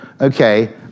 Okay